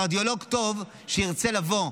קרדיולוג טוב שירצה לבוא,